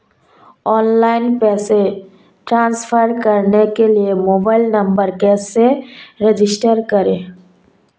Online पैसे transfer करने के लिए मोबाइल नंबर कैसे रजिस्टर करें?